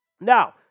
now